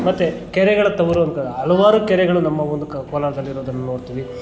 ಮತ್ತೆ ಕೆರೆಗಳ ತವರು ಅಂತ ಹಲವಾರು ಕೆರೆಗಳು ನಮ್ಮ ಒಂದು ಕೋಲಾರದಲ್ಲಿರೋದನ್ನು ನೋಡ್ತೀವಿ